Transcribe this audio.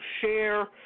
share